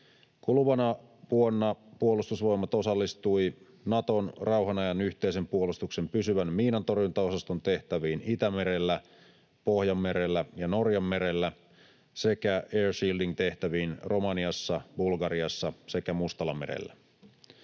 Kuluvana vuonna Puolustusvoimat osallistui Naton rauhan ajan yhteisen puolustuksen pysyvän miinantorjuntaosaston tehtäviin Itämerellä, Pohjanmerellä ja Norjanmerellä sekä air shielding -tehtäviin Romaniassa, Bulgariassa sekä Mustallamerellä.